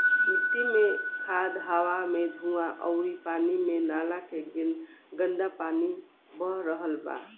मिट्टी मे खाद, हवा मे धुवां अउरी पानी मे नाला के गन्दा पानी बह रहल बा